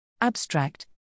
Abstract